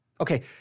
Okay